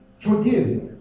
forgive